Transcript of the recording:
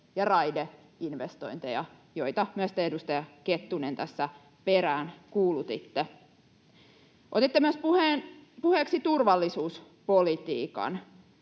ja raideinvestointeja, joita myös, te edustaja Kettunen, tässä peräänkuulutitte. Otitte myös puheeksi turvallisuuspolitiikan.